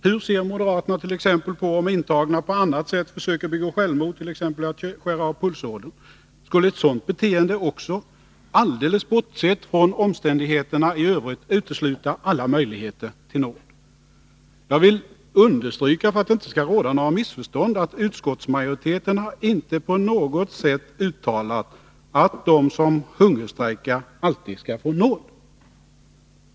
Hur ser moderaterna t.ex. på om intagna på annat sätt försöker begå självmord, t.ex. genom att skära av pulsådern? Skulle sådant beteende också — alldeles bortsett från omständigheterna i övrigt — utesluta alla möjligheter till nåd? Jag vill understryka — för att det inte skall råda några missförstånd — att utskottsmajoriteten inte på något sätt har uttalat att de som hungerstrejkar alltid skall få nåd.